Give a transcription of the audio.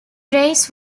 race